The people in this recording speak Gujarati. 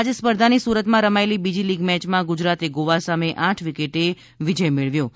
આજ સ્પર્ધાની સુરતમાં રમાયેલી બીજી લીગ મેયમાં ગુજરાતે ગોવા સામે આઠ વિકેટે વિજય મેળવ્યો હતો